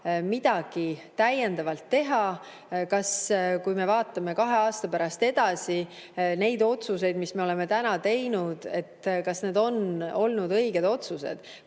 midagi täiendavalt teha. Kui me vaatame kahe aasta pärast neid otsuseid, mis me oleme teinud, siis kas need on olnud õiged otsused?